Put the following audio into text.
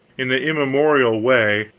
in the immemorial way,